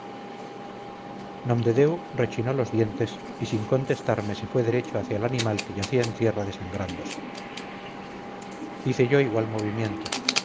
rechinó los dientes y sin contestarme se fue derecho hacia el animal que yacía en tierra desangrándose hice yo igual movimiento